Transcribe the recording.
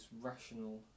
rational